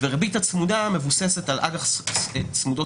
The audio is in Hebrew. והריבית הצמודה מבוססת על אג"ח צמודות